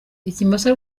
ikimasa